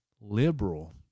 liberal